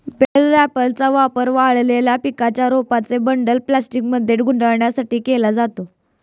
bell रॅपरचा वापर वाळलेल्या पिकांच्या रोपांचे बंडल प्लास्टिकमध्ये गुंडाळण्यासाठी केला जातो